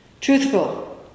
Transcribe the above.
Truthful